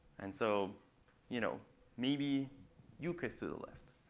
and so you know maybe you kiss to the left,